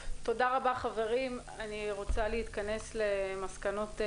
חברים, אני רוצה להתכנס למסקנות הוועדה: